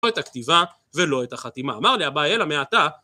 ‫לא את הכתיבה ולא את החתימה. ‫אמר א"ל אביי אלא מעתה.